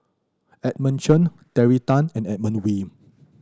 Edmund Chen Terry Tan and Edmund Wee